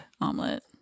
omelet